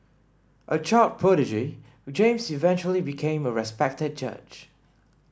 a child prodigy James eventually became a respected judge